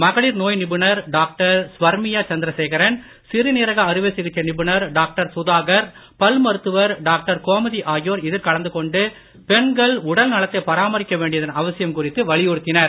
மகளிர் நோய் நிபுணர் டாக்டர் ஸ்வர்மியா சந்திர சேகரன் சிறுநீரக அறுவை சிகிச்சை நிபுணர் டாக்டர் சுதாகர் பல் மருத்துவர் டாக்டர் கோமதி ஆகியோர் இதில் கலந்து கொண்டு பெண்கள் வேண்டியதன் அவசியம் குறித்து உடல்நலத்தை பராமரிக்க வலியுறுத்தினர்